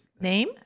Name